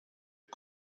und